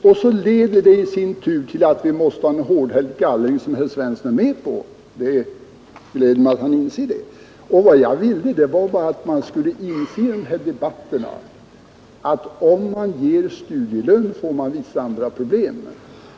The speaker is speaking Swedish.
Det leder i sin tur till att vi måste ha en hårdhänt gallring, som herr Svensson är med på — det gläder mig att han inser det. Vad jag ville var bara att alla skulle förstå, att om man ger studielön får man vissa andra problem.